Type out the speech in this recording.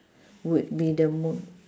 would be the mo~